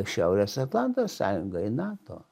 šiaurės atlanto sąjungą į nato